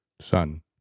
Son